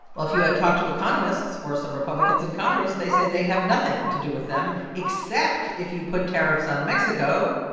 well, if you had talked to economists or some republicans in congress, they say they have nothing to do with them except, if you put tariffs on mexico,